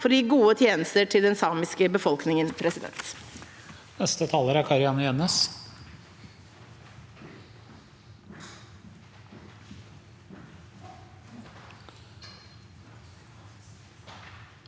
for å gi gode tjenester til den samiske befolkningen. Kari-Anne